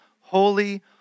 holy